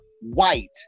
white